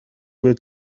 will